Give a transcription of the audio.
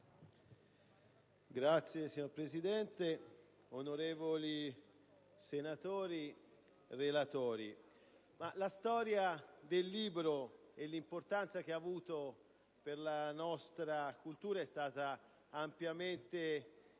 *(PD)*. Signora Presidente, onorevoli senatori, relatori, la storia del libro e l'importanza che ha avuto per la nostra cultura sono state ampiamente illustrate